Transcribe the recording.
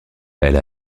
elle